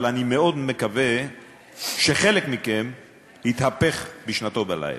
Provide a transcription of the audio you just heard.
אבל אני מאוד מקווה שחלק מכם יתהפך בשנתו בלילה.